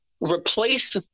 replace